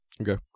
Okay